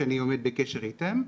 שאני עומד בקשר איתם,